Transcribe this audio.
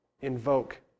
invoke